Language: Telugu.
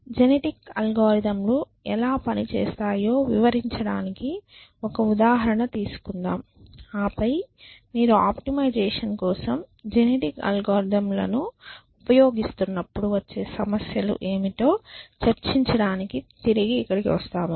జెనెటిక్ అల్గోరిథంలు ఎలా పని చేస్తాయో వివరించడానికి ఒక ఉదాహరణ తీసుకుందాం ఆపై మీరు ఆప్టిమైజేషన్కోసం జెనెటిక్ అల్గోరిథంలను ఉపయోగిస్తున్నప్పుడు వచ్చే సమస్యలు ఏమిటో చర్చించడానికి తిరిగి ఇక్కడికి వస్తాము